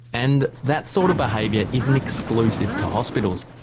and that sort of behaviour isn't exclusive to hospitals.